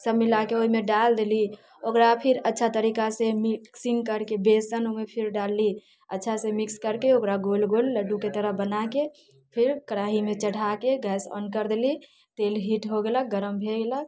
सभ मिलाके ओहिमे डाल देली ओकरा फिर अच्छा तरीकासँ मिक्सिंग करके बेसन ओहिमे फिर डालली अच्छासँ मिक्स करके ओकरा गोल गोल लड्डूके तरह बनाके फिर कढ़ाइमे चढ़ाके गैस ओन कर देली तेल हीट होइ गेलन गरम भए गेलऽ